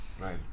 right